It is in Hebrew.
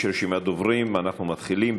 יש רשימת דוברים, אנחנו מתחילים.